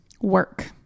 work